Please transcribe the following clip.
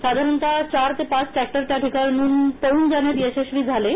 साधारण चार ते पाच टॅक्टर त्या ठिकाणाहून पळून जाण्यात यशस्वी झाले आहेत